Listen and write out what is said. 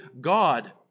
God